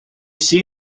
see